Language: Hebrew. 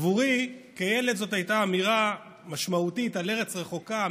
עבורי כילד זאת הייתה אמירה משמעותית על ארץ רחוקה,